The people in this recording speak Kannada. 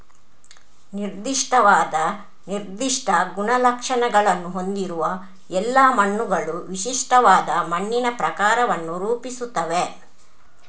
ನಿರ್ದಿಷ್ಟವಾದ ನಿರ್ದಿಷ್ಟ ಗುಣಲಕ್ಷಣಗಳನ್ನು ಹೊಂದಿರುವ ಎಲ್ಲಾ ಮಣ್ಣುಗಳು ವಿಶಿಷ್ಟವಾದ ಮಣ್ಣಿನ ಪ್ರಕಾರವನ್ನು ರೂಪಿಸುತ್ತವೆ